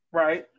right